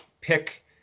pick